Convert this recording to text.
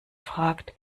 fragt